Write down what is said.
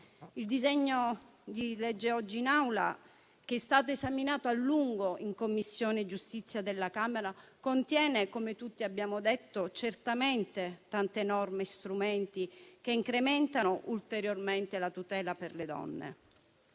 Il disegno di legge oggi in Aula è stato esaminato a lungo in Commissione giustizia della Camera e contiene, come tutti abbiamo detto, tante norme e strumenti che incrementano ulteriormente la tutela per le donne.